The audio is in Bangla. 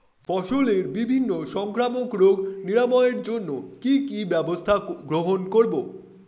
ফসলের বিভিন্ন সংক্রামক রোগ নিরাময়ের জন্য কি কি ব্যবস্থা গ্রহণ করব?